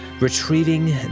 retrieving